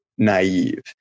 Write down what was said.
naive